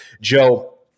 Joe